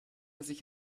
sich